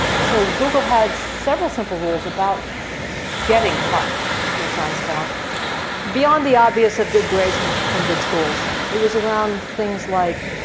so google had several simple rules about getting top computer science talent beyond the obvious of good grades from from good schools. it was around things like,